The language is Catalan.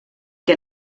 que